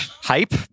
hype